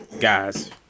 guys